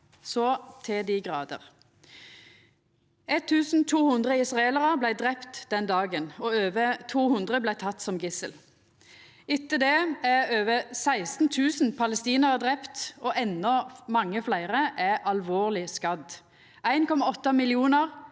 så til dei grader. 1 200 israelarar vart drepne den dagen, og over 200 vart tekne som gissel. Etter det er over 16 000 palestinarar drepne, og endå mange fleire er alvorleg skadde. 1,8 millionar